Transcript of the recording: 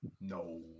No